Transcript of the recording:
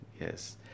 Yes